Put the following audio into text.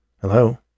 Hello